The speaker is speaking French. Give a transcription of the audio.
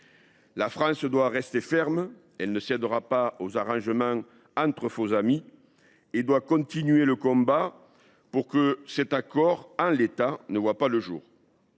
La France doit rester ferme. Elle ne cédera pas aux arrangements entre faux amis. Nous continuerons le combat pour que cet accord ne voie pas le jour